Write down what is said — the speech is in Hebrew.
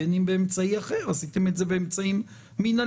בין אם באמצעי אחר כי עשיתם את זה באמצעים מינהליים,